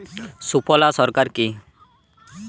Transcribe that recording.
সুফলা সার কি?